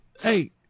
Hey